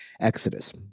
Exodus